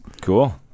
cool